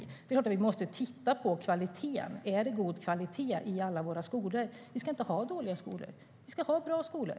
Det är klart att vi måste titta på kvaliteten. Är det god kvalitet i alla våra skolor? Vi ska inte ha dåliga skolor. Vi ska ha bra skolor.